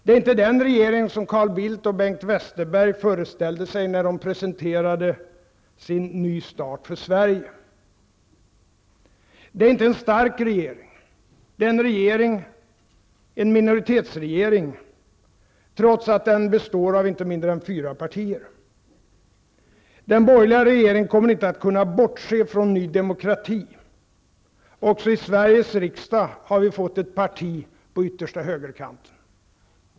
Det är inte den regering som Carl Bildt och Bengt Westerberg föreställde sig när de presenterade sin Ny start för Sverige. Det är inte en stark regering. Det är en minoritetsregering trots att den består av inte mindre än fyra partier. Den borgerliga regeringen kommer inte att kunna bortse från ny demokrati. Också i Sveriges riksdag har vi fått ett parti på yttersta högerkanten.